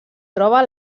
troba